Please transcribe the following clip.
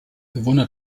bewohner